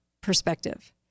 perspective